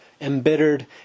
embittered